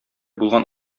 булган